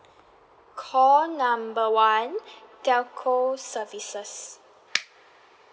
call number one telco services